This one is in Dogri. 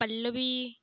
पल्लवी